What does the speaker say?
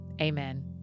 Amen